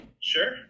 Sure